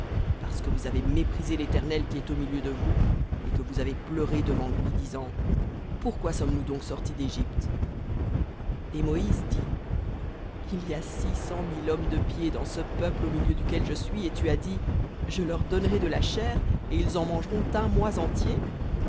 parce que vous avez méprisé l'éternel qui est au milieu de vous et que vous avez pleuré devant lui disant pourquoi sommes-nous donc sortis dégypte et moïse dit il y a six cent mille hommes de pied dans ce peuple au milieu duquel je suis et tu as dit je leur donnerai de la chair et ils en mangeront un mois entier